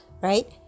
right